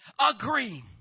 Agree